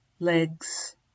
legs